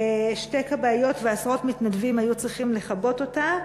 ושתי כבאיות ועשרות מתנדבים היו צריכים לכבות אותה.